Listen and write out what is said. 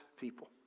people